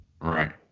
Right